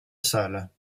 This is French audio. salle